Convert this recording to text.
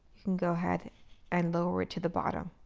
and go ahead and lower it to the bottom.